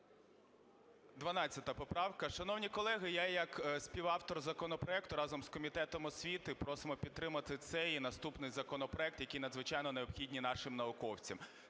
Р.П. 12 поправка. Шановні колеги, я як співавтор законопроекту разом з Комітетом освіти просимо підтримати цей і наступний законопроект, які надзвичайно необхідні нашим науковцям.